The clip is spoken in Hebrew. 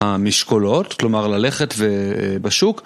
המשקולות, כלומר ללכת בשוק